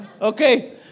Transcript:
Okay